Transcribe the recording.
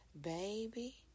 baby